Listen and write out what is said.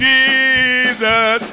Jesus